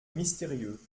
mystérieux